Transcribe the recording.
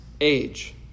age